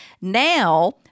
Now